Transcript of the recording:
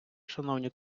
шановні